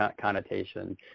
connotation